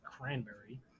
cranberry